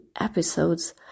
episodes